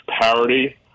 parity